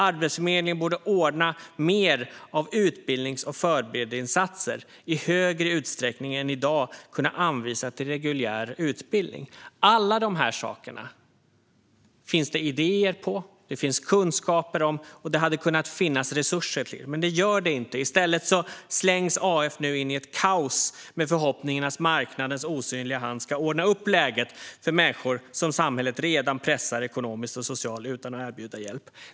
Arbetsförmedlingen borde ordna fler utbildningsinsatser och förberedande insatser och i större utsträckning än i dag kunna anvisa till reguljär utbildning. Alla dessa saker finns det idéer och kunskaper om. Det hade kunnat finnas resurser till dem, men det gör det inte. I stället slängs AF nu in i ett kaos med förhoppningen att marknadens osynliga hand ska ordna upp läget för människor som samhället redan pressar ekonomiskt och socialt utan att erbjuda hjälp.